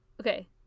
Okay